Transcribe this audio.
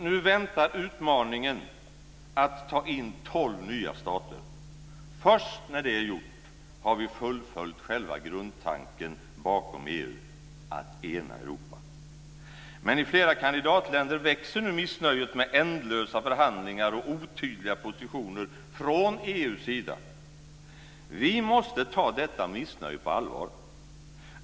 Nu väntar utmaningen att ta in tolv nya stater. Först när det är gjort har vi fullföljt själva grundtanken bakom EU, att ena Europa. Men i flera kandidatländer växer nu missnöjet med ändlösa förhandlingar och otydliga positioner från EU:s sida. Vi måste ta detta missnöje på allvar.